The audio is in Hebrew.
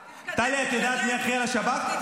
טלי, את יודעת מי אחראי לשב"כ?